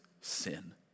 sin